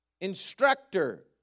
instructor